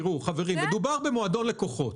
מדובר במועדון לקוחות.